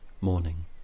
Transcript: Morning